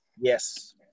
Yes